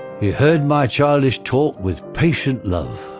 he heard my childish talk with patient love,